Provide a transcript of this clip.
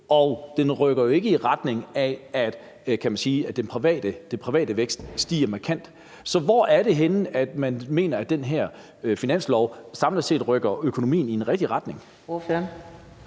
og den rykker jo ikke i retning af at få den private vækst til at stige markant. Så hvor er det, man mener at den her finanslov samlet set rykker økonomien i en rigtig retning?